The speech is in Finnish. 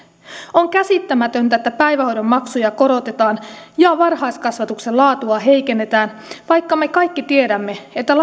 on käsittämätöntä että päivähoidon maksuja korotetaan ja varhaiskasvatuksen laatua heikennetään vaikka me kaikki tiedämme että